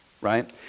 right